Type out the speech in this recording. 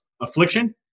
affliction